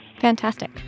Fantastic